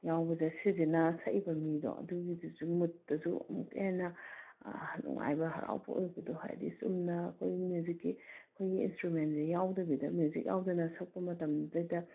ꯌꯥꯎꯕꯁꯦ ꯁꯤꯁꯤꯅ ꯁꯛꯏꯕ ꯃꯤꯗꯣ ꯑꯗꯨꯒꯤꯁꯨ ꯃꯨꯠꯇꯁꯨ ꯑꯃꯨꯛꯀ ꯍꯦꯟꯅ ꯅꯨꯡꯉꯥꯏꯕ ꯍꯔꯥꯎꯕ ꯑꯣꯏꯕꯗꯣ ꯍꯥꯏꯗꯤ ꯆꯨꯝꯅ ꯑꯩꯈꯣꯏ ꯃ꯭ꯌꯨꯖꯤꯛꯀꯤ ꯑꯩꯈꯣꯏꯒꯤ ꯏꯟꯁꯇ꯭ꯔꯨꯃꯦꯟꯁꯤ ꯌꯥꯎꯗꯕꯤꯗ ꯃ꯭ꯌꯨꯖꯤꯛ ꯌꯥꯎꯗꯅ ꯁꯛꯄ ꯃꯇꯝꯗꯨꯗꯒꯤꯗ